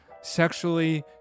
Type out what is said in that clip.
sexually